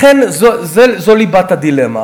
לכן, זו ליבת הדילמה.